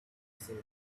said